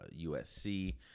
USC